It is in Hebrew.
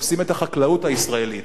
מחפשים את החקלאות הישראלית.